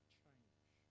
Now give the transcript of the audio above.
change